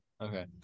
Okay